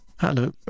hello